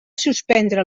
suspendre